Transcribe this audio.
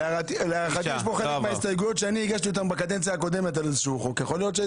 אז דיברתי על פרנויה, זה יכול להיות גם